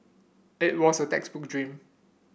it was the textbook dream